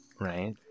right